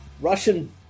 Russian